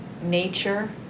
nature